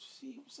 See